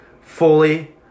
fully